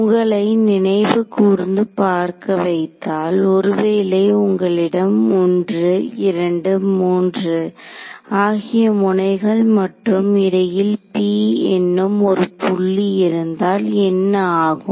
உங்களை நினைவு கூர்ந்து பார்க்க வைத்தால் ஒருவேளை உங்களிடம் 1 2 3 ஆகிய முனைகள் மற்றும் இடையில் 'P' என்னும் ஒரு புள்ளி இருந்தால் என்ன ஆகும்